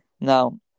Now